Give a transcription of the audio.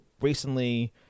recently